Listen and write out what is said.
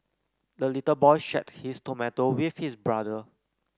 the little boy shared his tomato with his brother